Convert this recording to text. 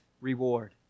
reward